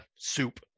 soup